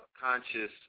conscious